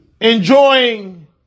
Enjoying